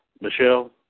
Michelle